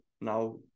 now